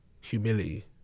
humility